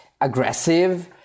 aggressive